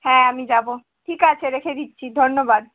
হ্যাঁ আমি যাবো ঠিক আছে রেখে দিচ্ছি ধন্যবাদ